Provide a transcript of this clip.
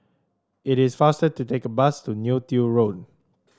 it is faster to take the bus to Neo Tiew Road